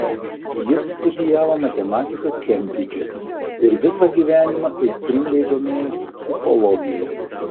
jis studijavo matematiką kembridže ir visą gyvenimą aistringai domėjosi psichologija